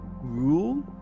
rule